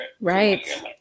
right